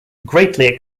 greatly